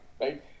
right